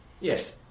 yes